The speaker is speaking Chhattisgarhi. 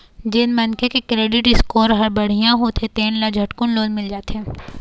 जेन मनखे के क्रेडिट स्कोर ह बड़िहा होथे तेन ल झटकुन लोन मिल जाथे